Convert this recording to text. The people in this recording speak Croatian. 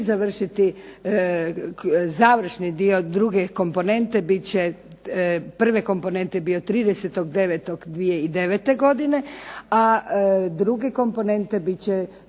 završiti završni dio druge komponente bit će, prve komponente je bio 30.9.2009. godine a druge komponente bit